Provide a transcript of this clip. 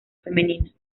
femenina